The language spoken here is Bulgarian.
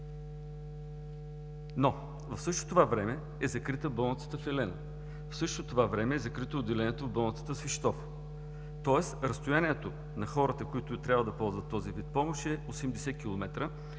В същото това време обаче е закрита болницата в Елена, в същото това време е закрито отделението в болницата в Свищов, тоест разстоянието на хората, които трябва да ползват този вид помощ, е 80 км,